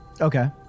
Okay